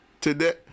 Today